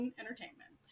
entertainment